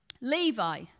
Levi